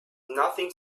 nothing